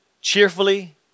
cheerfully